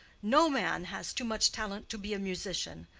no man has too much talent to be a musician.